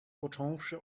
począwszy